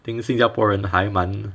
think 新加坡人还蛮